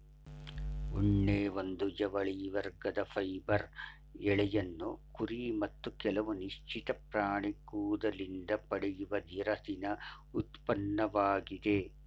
ಉಣ್ಣೆ ಒಂದು ಜವಳಿ ವರ್ಗದ ಫೈಬರ್ ಎಳೆಯನ್ನು ಕುರಿ ಮತ್ತು ಕೆಲವು ನಿಶ್ಚಿತ ಪ್ರಾಣಿ ಕೂದಲಿಂದ ಪಡೆಯುವ ದಿರಸಿನ ಉತ್ಪನ್ನವಾಗಿದೆ